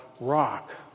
rock